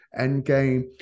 Endgame